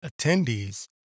attendees